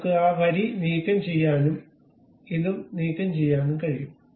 നമുക്ക് ആ വരി നീക്കംചെയ്യാനും ഇതും നീക്കംചെയ്യാനും കഴിയും